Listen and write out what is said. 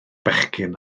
bechgyn